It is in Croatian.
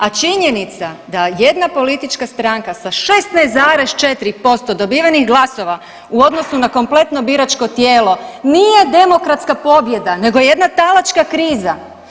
A činjenica da jedna politička stranka sa 16,4% dobivenih glasova u odnosu na kompletno biračko tijelo nije demokratska pobjeda nego jedna talačka kriza.